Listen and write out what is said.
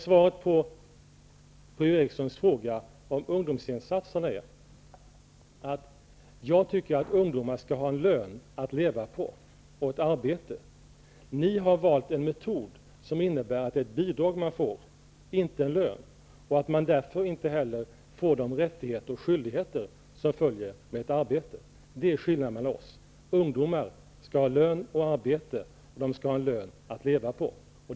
Svaret på Per-Ola Erikssons fråga om ungdomsinsatserna är att jag tycker att ungdomar skall ha ett arbete och en lön att leva på. Ni har valt en metod som innebär att det är bidrag som ungdomarna får och inte en lön och att de därför inte heller får de rättigheter och skyldigheter som följer med ett arbete. Det är skillnaden mellan oss. Ungdomar skall ha lön och arbete och en lön att leva på.